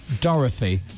Dorothy